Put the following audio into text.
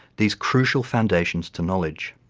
these crucial foundations to knowledge.